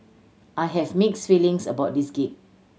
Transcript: I have mixed feelings about this gig